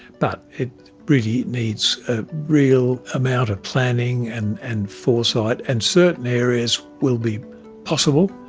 but it really needs a real amount of planning and and foresight, and certain areas will be possible,